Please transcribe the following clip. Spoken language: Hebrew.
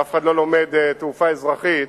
ואף אחד לא לומד תעופה אזרחית,